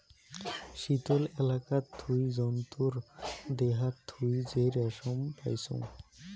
শীতল এলাকাত থুই জন্তুর দেহাত থুই যে রেশম পাইচুঙ